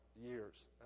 years